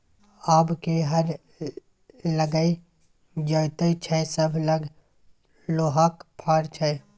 आब के हर लकए जोतैय छै सभ लग लोहाक फार छै